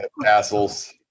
tassels